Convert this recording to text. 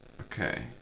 Okay